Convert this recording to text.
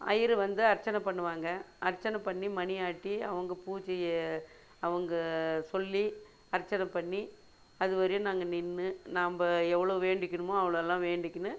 ஐயரு வந்து அர்ச்சனை பண்ணுவாங்க அர்ச்சனை பண்ணி மணி ஆட்டி அவங்க பூஜைய அவங்க சொல்லி அர்ச்சனை பண்ணி அதுவரையும் நாங்கள் நின்னு நாம்ம எவ்வளோ வேண்டிக்கிணுமோ அவ்வளோலா வேண்டிக்கிணு